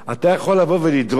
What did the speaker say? אתה יכול לבוא לדרוש